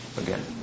again